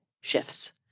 shifts